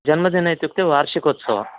जन्मदिने इत्युक्ते वार्षिकोत्सवः